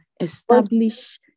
establish